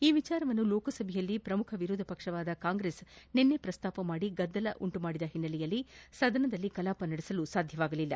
ಈ ವಿಷಯವನ್ನು ಲೋಕಸಭೆಯಲ್ಲಿ ಪ್ರಮುಖ ವಿರೋಧಪಕ್ಷವಾದ ಕಾಂಗ್ರೆಸ್ ನಿನ್ನೆ ಪ್ರಸ್ತಾಪಿಸಿ ಗದ್ದಲ ಉಂಟು ಮಾಡಿದ ಹಿನ್ನೆಲೆಯಲ್ಲಿ ಸದನದ ಕೆಲಾಪ ಸಾಧ್ಯವಾಗಲಿಲ್ಲ